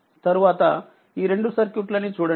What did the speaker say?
తరువాతఈ రెండు సర్క్యూట్లని చూడండి